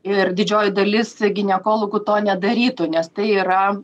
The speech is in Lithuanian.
ir didžioji dalis ginekologų to nedarytų nes tai yra